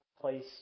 place